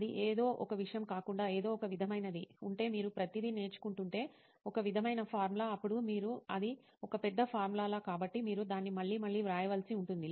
అది ఏదో ఒక విషయం కాకుండా ఏదో ఒక విధమైనది ఉంటే మీరు ప్రతిదీ నేర్చుకుంటుంటే ఒక విధమైన ఫార్ములా అప్పుడు మీరు అది ఒక పెద్ద ఫార్ములా కాబట్టి మీరు దాన్ని మళ్లీ మళ్లీ వ్రాయవలసి ఉంటుంది